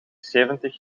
zeventig